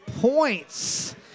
points